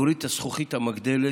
להוריד את הזכוכית המגדלת,